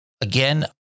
again